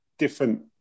Different